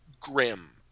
grim